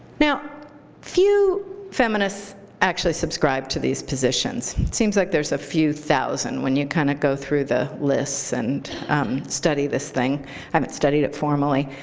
now few feminists actually subscribe to these positions. seems like there's a few thousand when you kind of go through the lists and study this thing. i haven't studied it formally,